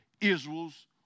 Israel's